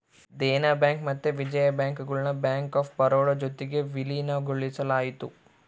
Dena bank ಮತ್ತೆ Vijaya bank ಗುಳ್ನ bank of Baroda ಜೊತಿಗೆ ವಿಲೀನಗೊಳಿಸಲಾಯಿತು